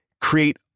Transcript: create